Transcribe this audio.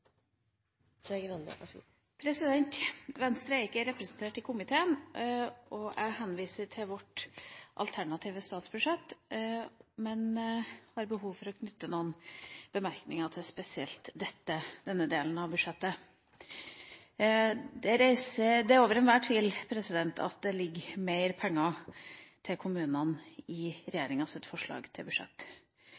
vårt alternative statsbudsjett. Men jeg har behov for å knytte noen bemerkninger til spesielt denne delen av budsjettet. Det er hevet over enhver tvil at det ligger mer penger til kommunene i